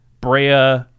Brea